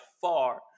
far